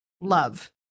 love